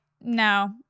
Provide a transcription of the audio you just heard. no